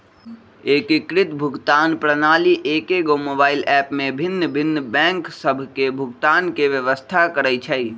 एकीकृत भुगतान प्रणाली एकेगो मोबाइल ऐप में भिन्न भिन्न बैंक सभ के भुगतान के व्यवस्था करइ छइ